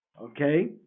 Okay